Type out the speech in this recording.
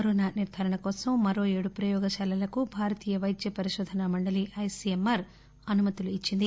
corona నిర్గారణ కోసం మరో ఏడు ప్రయోగశాలలకు భారతీయ పైద్య పరిశోధన మండలి ఐసీఎంఆర్ అనుమతులిచ్చింది